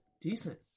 Decent